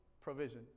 provision